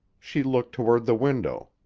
she looked toward the window.